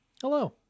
Hello